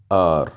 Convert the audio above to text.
اور